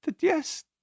Yes